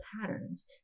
patterns